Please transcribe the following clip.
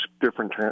different